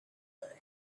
blood